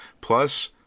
plus